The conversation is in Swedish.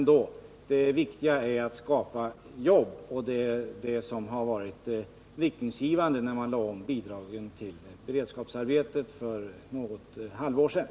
Det viktiga är ändå att skapa jobb, och det är det som varit det riktningsgivande när bidragen lades om till beredskapsarbeten för något halvår sedan.